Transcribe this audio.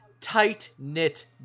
tight-knit